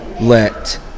let